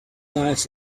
lives